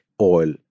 oil